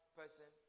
person